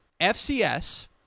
FCS